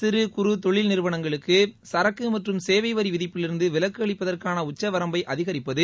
சிறு குறு தொழில் நிறுவனங்களுக்கு சரக்கு மற்றும் சேவை வரி விதிப்பிலிருந்து விலக்கு அளிப்பதற்கான உச்சவரம்பை அதிகரிப்பது